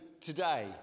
today